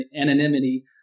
anonymity